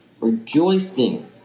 rejoicing